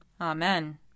Amen